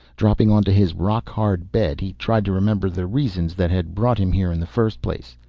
dropping onto his rock-hard bed he tried to remember the reasons that had brought him here in the first place.